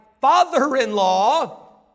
father-in-law